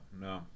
no